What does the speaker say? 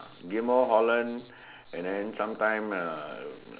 Ghim-Moh Holland and then sometimes uh